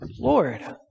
Lord